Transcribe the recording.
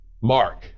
Mark